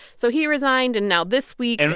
so he resigned. and now this week. and